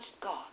God